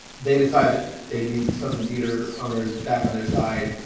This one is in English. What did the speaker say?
they decide that they've needed the southern theater owners back on their side.